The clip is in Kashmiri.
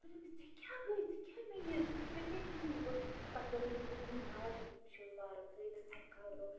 مےٚ دوٚپمس ژےٚ کیٛاہ گوے ژٕ کیٛاہ مےٚ یہِ ژٕ وٕچھِ ژےٚ کیٛاہ چھِ مےٚ یہِ کوٚرمُت پتہٕ کٔر مےٚ تٔمۍ اِروِناو تِمن شلوارن ترٛٲینَکھ اکہِ کلرُک